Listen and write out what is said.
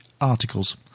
articles